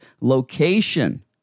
Location